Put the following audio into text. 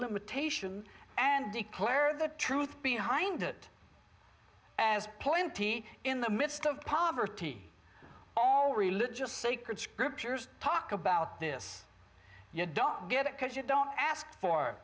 limitation and declare the truth behind it as pointy in the midst of poverty all religious sacred scriptures talk about this you don't get it because you don't ask for